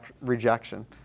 rejection